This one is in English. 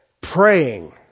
praying